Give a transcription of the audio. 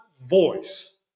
voice